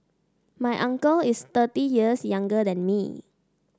my uncle is thirty years younger than me